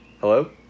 Hello